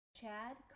Chad